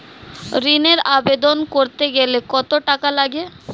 ঋণের আবেদন করতে গেলে কত টাকা লাগে?